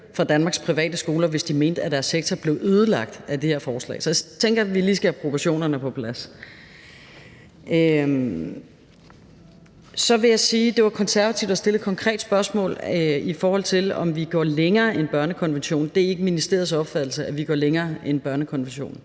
fra Danmarks Private Skoler, hvis de mente, at deres sektor blev ødelagt af det her forslag. Så jeg tænker, at vi lige skal have proportionerne på plads. Konservative stillede et konkret spørgsmål, i forhold til om vi går længere end børnekonventionen. Det er ikke ministeriets opfattelse, at vi går længere end børnekonventionen.